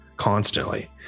Constantly